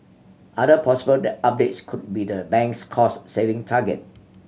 other possible the updates could be the bank's cost saving target